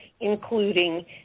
including